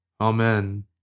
Amen